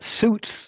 suits